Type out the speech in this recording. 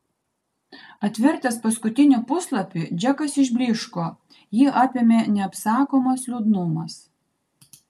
atvertęs paskutinį puslapį džekas išblyško jį apėmė neapsakomas liūdnumas